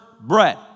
Bread